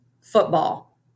football